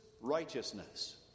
righteousness